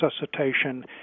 resuscitation